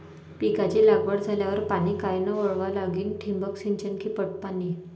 पिकाची लागवड झाल्यावर पाणी कायनं वळवा लागीन? ठिबक सिंचन की पट पाणी?